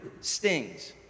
stings